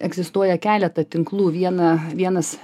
egzistuoja keleta tinklų vieną vienas